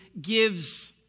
gives